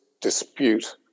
dispute